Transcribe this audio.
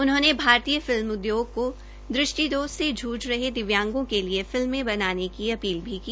उनहोंने भारतीय फिल्म उद्योग को दृष्टि से जूझ रहे दिव्यांगों के लिए फिल्मे बनाने की अपील भी की